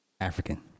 African